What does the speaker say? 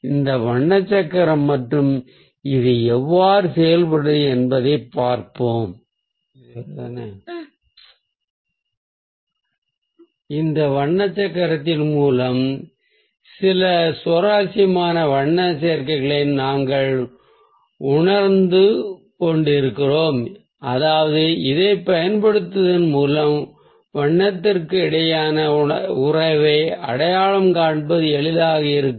எனவே இது நமது வண்ண சக்கரம் மற்றும் இது எவ்வாறு செயல்படுகிறது என்பதை பார்ப்போம் இந்த வண்ண சக்கரத்தின் மூலம் சில சுவாரஸ்யமான வண்ண சேர்க்கைகளை நாங்கள் உணர்ந்து கொண்டிருக்கிறோம் அதாவது இதைப் பயன்படுத்துவதன் மூலம் வண்ணத்திற்கு இடையிலான உறவை அடையாளம் காண்பது எளிதாக இருக்கும்